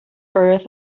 earth